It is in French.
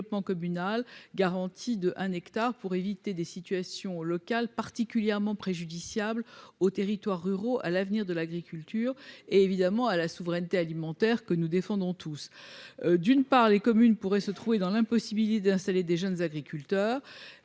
cet article, de manière à éviter des situations locales particulièrement préjudiciables aux territoires ruraux, à l'avenir de l'agriculture et, évidemment, à la souveraineté alimentaire que nous défendons tous. En effet, d'une part, les communes pourraient se trouver dans l'impossibilité d'installer de jeunes agriculteurs